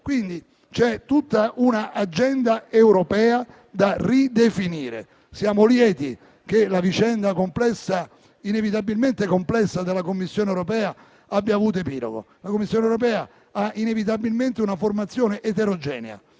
furbi). C'è tutta un'agenda europea da ridefinire. Siamo lieti che la vicenda inevitabilmente complessa della Commissione europea abbia avuto epilogo. La Commissione europea ha inevitabilmente una formazione eterogenea,